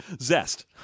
zest